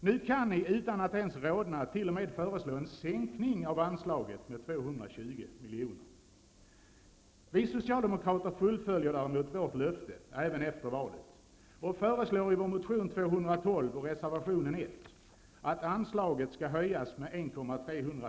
Nu kan ni, utan att ens rodna, t.ex. föreslå en sänkning av anslaget med Vi socialdemokrater håller oss däremot till vårt löfte även efter valet och föreslår i vår motion T12 milj.kr.